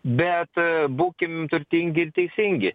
bet būkim turtingi ir teisingi